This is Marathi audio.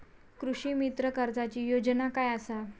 कृषीमित्र कर्जाची योजना काय असा?